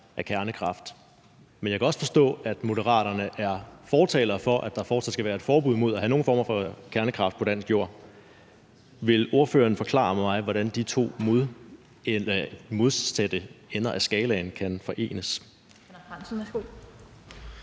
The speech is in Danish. af kernekraft, men jeg kan også forstå, at Moderaterne er fortalere for, at der fortsat skal være et forbud mod at have nogen former for kernekraft på dansk jord. Vil ordføreren forklare mig, hvordan de to modsatte ender af skalaen kan forenes?